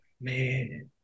man